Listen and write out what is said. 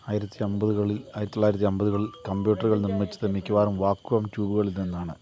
ആയിരത്തി അമ്പതുകളിൽ ആയിരത്തി തൊള്ളായിരത്തിയൻപതുകളിൽ കമ്പ്യൂട്ടറുകൾ നിർമ്മിച്ചത് മിക്കവാറും വാക്വം ട്യൂബുകളിൽ നിന്നാണ്